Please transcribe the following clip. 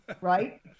right